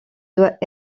doit